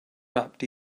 wrapped